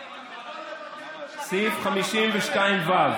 סעיף 52ז: